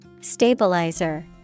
Stabilizer